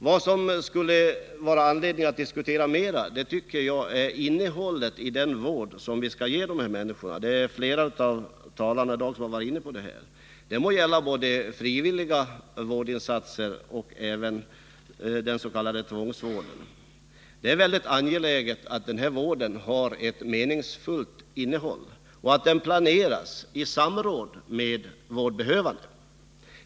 Jag ser det som angeläget att mer diskutera innehållet i den vård som vi skall ge dessa människor. Flera av talarna hittills har varit inne på det. Det må gälla både frivilliga vårdinsatser och den s.k. tvångsvården. Det är viktigt att vården får ett meningsfullt innehåll och planeras i samråd med de vårdbehövande.